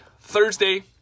Thursday